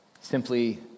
Simply